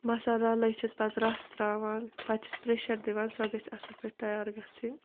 مصال رَلٲوِتھ چھِس پَتہٕ رَس ترٛاوان پَتہٕ چھِس پرٛشَر دِوان سۄ گژھِ اَصٕل پٲٹھۍ تیار گژھٕنۍ